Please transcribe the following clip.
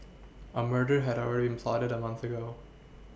a murder had already been plotted a month ago